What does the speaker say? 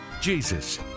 Jesus